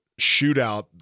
shootout